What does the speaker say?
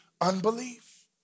unbelief